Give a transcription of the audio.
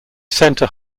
centre